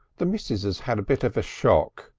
the missus has had a bit of a shock,